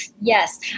Yes